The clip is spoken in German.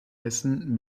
essen